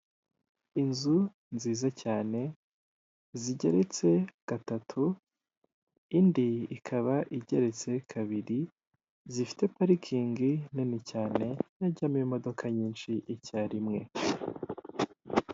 Inzu nziza cyane zigeretse gatatu, indi ikaba igeretse kabiri zifite parikingi nini cyane ijyamo imodoka nyinshi icyarimwe.